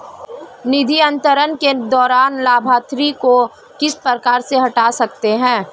निधि अंतरण के दौरान लाभार्थी को किस प्रकार से हटा सकते हैं?